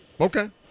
Okay